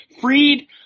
Freed